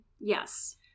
Yes